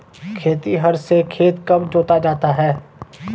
खेतिहर से खेत कब जोता जाता है?